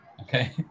Okay